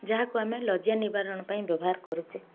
ଯାହାକୁ ଆମେ ଲଜ୍ଜା ନିବାରଣ ପାଇଁ ବ୍ୟବହାର କରୁଛେ